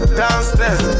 downstairs